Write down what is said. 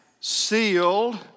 sealed